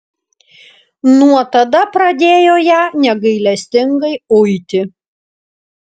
nuo tada pradėjo ją negailestingai uiti